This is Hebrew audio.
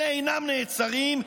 אלה אינם נעצרים,